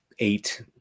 eight